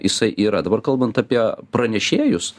jisai yra dabar kalbant apie pranešėjus